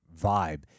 vibe